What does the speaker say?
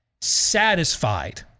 satisfied